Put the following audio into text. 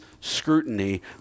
scrutiny